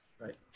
Right